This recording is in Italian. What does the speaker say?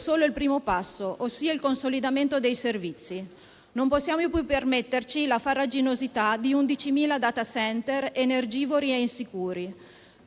solo il primo passo, ossia il consolidamento dei servizi. Non possiamo più permetterci la farraginosità di 11.000 *data center* energivori a insicuri.